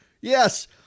Yes